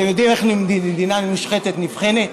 אתם יודעים איך מדינה מושחתת נבחנת?